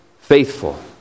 faithful